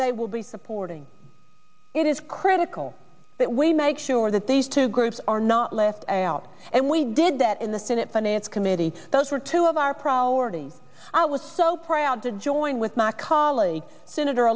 they will be supporting it is critical that we make sure that these two groups are not left out and we did that in the senate finance committee those were two of our proud already i was so proud to join with my colleague senator